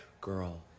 girl